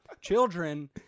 Children